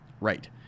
right